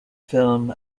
film